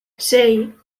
sei